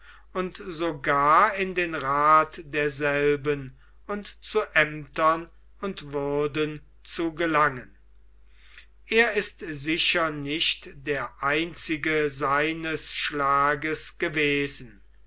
und sogar in den rat derselben und zu ämtern und würden zu gelangen er ist sicher nicht der einzige seines schlages gewesen